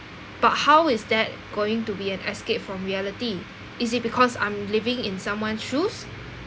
but how is that going to be an escape from reality is it because I'm living in someone's shoes